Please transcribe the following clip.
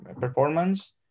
performance